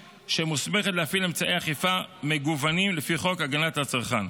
שמוסמכת להפעיל אמצעי אכיפה מגוונים לפי חוק הגנת הצרכן.